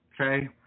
Okay